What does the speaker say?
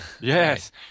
Yes